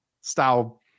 style